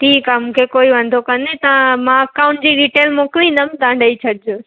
ठीकु आहे मूंखे कोई वांदो कान्हे तव्हां मां अकाउंट जी डिटेल मोकिलींदमि तव्हां ॾेई छॾिजो